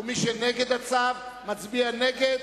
ומי שנגד הצו מצביע נגד.